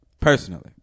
Personally